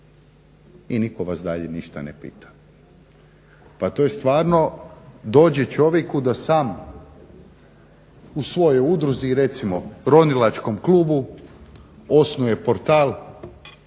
I nitko vas dalje ništa ne pita. Pa to je stvarno dođe čovjeku da sam u svojoj udruzi, recimo ronilačkom klubu osnuje portal